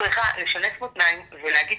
צריכה לשנס מותניים ולהגיד,